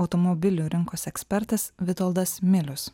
automobilių rinkos ekspertas vitoldas milius